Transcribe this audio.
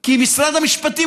כי משרד המשפטים,